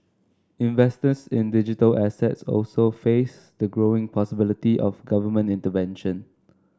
investors in digital assets also face the growing possibility of government intervention